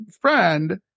friend